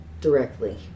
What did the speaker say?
directly